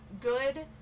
good